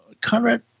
Conrad